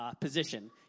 position